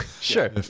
Sure